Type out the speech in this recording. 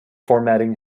formatting